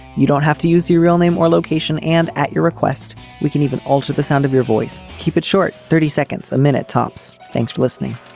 you don't have to use your real name or location and at your request we can even alter the sound of your voice. keep it short thirty seconds a minute tops thanks for listening